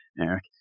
Eric